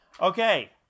Okay